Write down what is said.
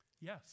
Yes